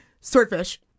Swordfish